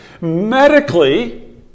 Medically